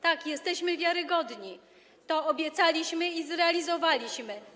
Tak, jesteśmy wiarygodni, to obiecaliśmy i zrealizowaliśmy.